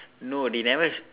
no they never